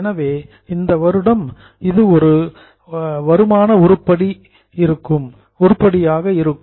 எனவே இந்த வருடம் இது ஒரு இன்கம் ஐட்டம் வருமான உருப்படியாக இருக்கும்